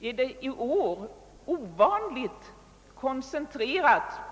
är ovanligt koncentrerade.